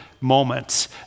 moments